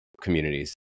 communities